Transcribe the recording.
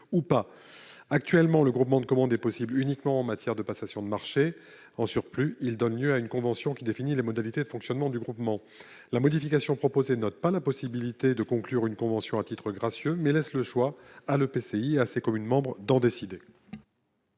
ou pas. Actuellement, le groupement de commandes n'est possible qu'en matière de passation de marchés. De surcroît, il donne lieu à une convention qui définit les modalités de fonctionnement du groupement. La modification proposée n'ôte pas la possibilité de conclure une convention à titre gracieux, mais laisse le choix à l'EPCI et à ses communes membres d'en décider.